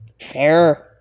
Fair